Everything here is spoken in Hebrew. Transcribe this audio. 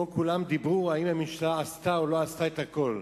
פה כולם דיברו האם הממשלה עשתה או לא עשתה את הכול.